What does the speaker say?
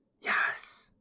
Yes